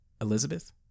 Elizabeth